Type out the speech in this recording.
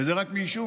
וזה רק מעישון.